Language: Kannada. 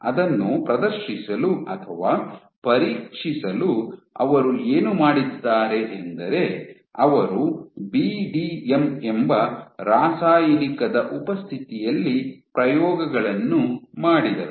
ಅದನ್ನು ಪ್ರದರ್ಶಿಸಲು ಅಥವಾ ಪರೀಕ್ಷಿಸಲು ಅವರು ಏನು ಮಾಡಿದ್ದಾರೆ ಎಂದರೆ ಅವರು ಬಿಡಿಎಂ ಎಂಬ ರಾಸಾಯಿನಿಕದ ಉಪಸ್ಥಿತಿಯಲ್ಲಿ ಪ್ರಯೋಗಗಳನ್ನು ಮಾಡಿದರು